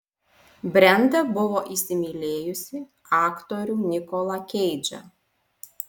brenda buvo įsimylėjusi aktorių nikolą keidžą